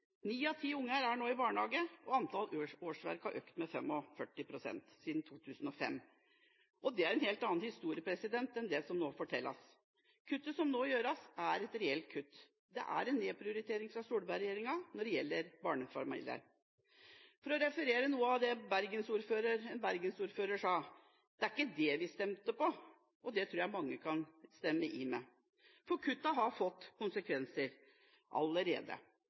Ni av ti unger er nå i barnehage, og antall årsverk har økt med 45 pst. siden 2005. Det er en helt annen historie enn den som nå fortelles. Kuttet som nå gjøres, er et reelt kutt. Det er en nedprioritering fra Solberg-regjeringa når det gjelder barnefamilier. For å referere til noe av det som ordføreren i Bergen sa, om at det var ikke det vi stemte på. Det tror jeg mange kan slutte seg til. For kuttene har fått konsekvenser allerede.